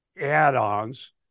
add-ons